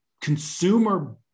consumer